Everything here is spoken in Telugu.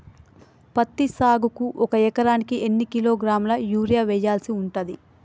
పత్తి సాగుకు ఒక ఎకరానికి ఎన్ని కిలోగ్రాముల యూరియా వెయ్యాల్సి ఉంటది?